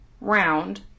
round